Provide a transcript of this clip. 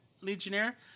legionnaire